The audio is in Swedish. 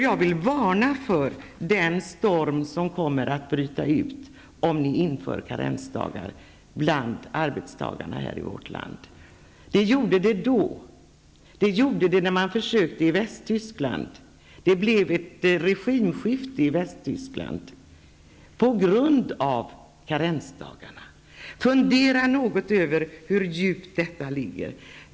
Jag vill varna för den storm som kommer att bryta ut om ni inför karensdagar för arbetstagarna i vårt land. Det gjorde det förra gången, och det gjorde det när man försökte samma sak i Västtyskland. Det blev ett regimskifte i Västtyskland på grund av karensdagarna. Fundera något över hur djupt detta ligger.